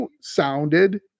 sounded